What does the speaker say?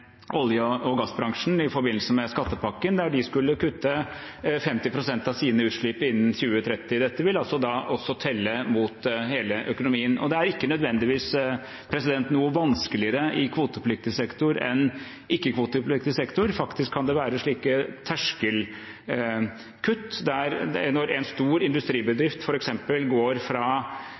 olje- og gassbransjen i forbindelse med skattepakken, der de skulle kutte 50 pst. av sine utslipp innen 2030. Dette vil også telle mot hele økonomien. Det er ikke nødvendigvis noe vanskeligere i kvotepliktig sektor enn i ikke-kvotepliktig sektor. Faktisk kan det være terskelkutt – når en stor industribedrift f.eks. går fra